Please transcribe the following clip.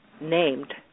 named